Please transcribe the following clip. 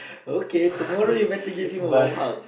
okay tomorrow you better give him a warm hug